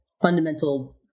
fundamental